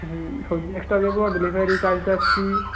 হুম সবজি এক্সট্রা দেব ডেলিভারি চার্জটা ফ্রি